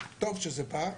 טוב שזה פער.